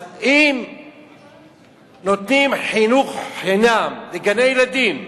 אז אם נותנים חינוך חינם לגני-ילדים,